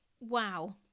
Wow